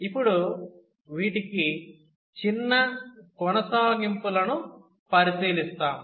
ఇప్పుడు వీటికి చిన్న కొనసాగింపు లను పరిశీలిస్తాను